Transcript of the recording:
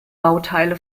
bauteile